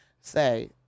say